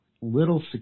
little